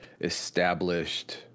established